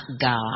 God